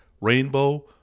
Rainbow